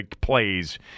plays